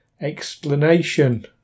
explanation